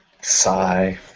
Sigh